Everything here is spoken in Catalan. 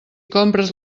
compres